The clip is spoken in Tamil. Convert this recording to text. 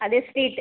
அதே ஸ்ட்ரீட்